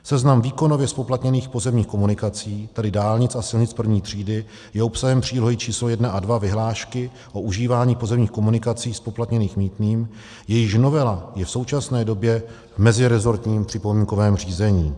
Seznam výkonově zpoplatněných pozemních komunikací, tedy dálnic a silnic první třídy, je obsahem přílohy číslo 1 a 2 vyhlášky o užívání pozemních komunikací, zpoplatněných mýtným, jejichž novela je v současné době v meziresortním připomínkovém řízení.